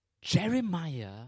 Jeremiah